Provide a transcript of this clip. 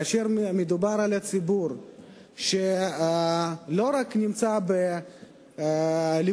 כאשר מדובר על ציבור שלא רק נמצא בלימודים